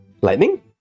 Lightning